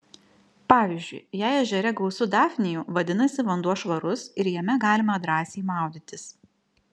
pavyzdžiui jei ežere gausu dafnijų vadinasi vanduo švarus ir jame galima drąsiai maudytis